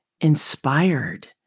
inspired